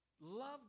Love